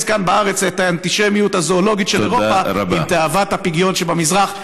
כאן בארץ את האנטישמיות הזואולוגית של אירופה עם תאוות הפגיון שבמזרח".